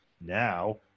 Now